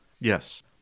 Yes